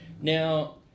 Now